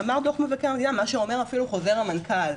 אמר דו"ח מבקר המדינה מה שאומר אפילו חוזר המנכ"ל,